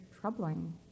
troubling